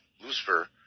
Lucifer